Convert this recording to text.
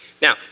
Now